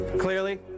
clearly